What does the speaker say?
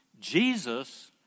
Jesus